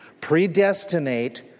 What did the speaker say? predestinate